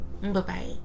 Bye-bye